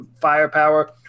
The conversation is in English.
firepower